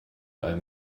einem